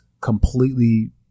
completely